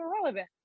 irrelevant